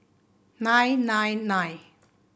nine nine nine